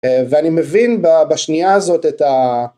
ואני מבין בשנייה הזאת את ה...